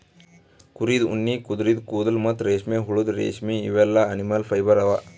ಕುರಿದ್ ಉಣ್ಣಿ ಕುದರಿದು ಕೂದಲ ಮತ್ತ್ ರೇಷ್ಮೆಹುಳದ್ ರೇಶ್ಮಿ ಇವೆಲ್ಲಾ ಅನಿಮಲ್ ಫೈಬರ್ ಅವಾ